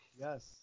Yes